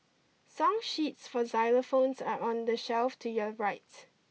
song sheets for xylophones are on the shelf to your right